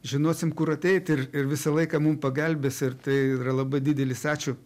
žinosim kur ateiti ir ir visą laiką mum pagelbės ir tai yra labai didelis ačiū